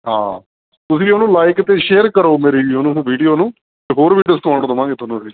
ਹਾਂ ਤੁਸੀਂ ਉਹਨੂੰ ਲਾਈਕ ਅਤੇ ਸ਼ੇਅਰ ਕਰੋ ਮੇਰੀ ਉਹਨਾਂ ਨੂੰ ਵੀਡੀਓ ਨੂੰ ਤੇ ਹੋਰ ਵੀ ਡਿਸਕਾਊਂਟ ਦੇਵਾਂਗੇ ਤੁਹਾਨੂੰ ਅਸੀਂ